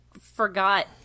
forgot